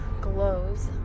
glows